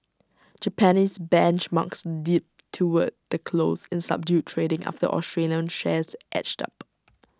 Japanese benchmarks dipped toward the close in subdued trading after Australian shares edged up